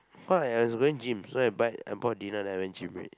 cause I I was going gym so I buy I bought dinner then I went gym already